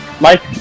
Mike